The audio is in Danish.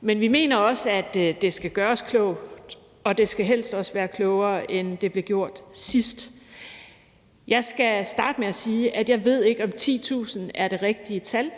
Men vi mener også, at det skal gøres klogt, og det skal helst også være klogere, end det blev gjort sidst. Jeg skal starte med at sige, at jeg ikke ved, om 10.000 er det rigtige tal,